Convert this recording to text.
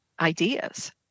ideas